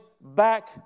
back